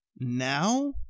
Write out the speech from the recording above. now